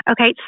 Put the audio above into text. Okay